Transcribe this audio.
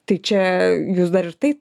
tai čia jūs dar ir taip